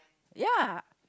ya